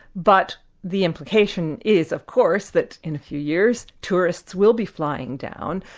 but the implication is of course that in a few years, tourists will be flying down,